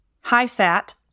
High-fat